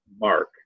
mark